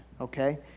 Okay